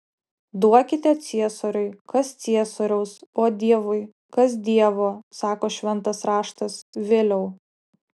duokite ciesoriui kas ciesoriaus o dievui kas dievo sako šventas raštas viliau